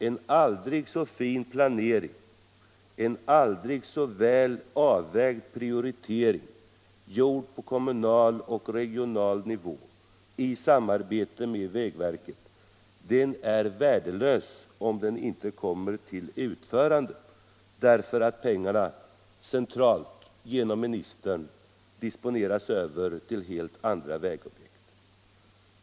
En aldrig så fin planering, en aldrig så väl avvägd prioritering gjord på kommunal och regional nivå, i samarbete med vägverket, är värdelös om den inte kommer till utförande därför att pengarna centralt genom ministern disponeras över till helt andra vägobjekt.